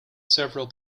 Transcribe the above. several